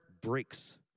breaks